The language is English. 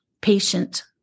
patient